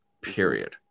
period